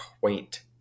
quaint